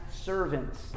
servants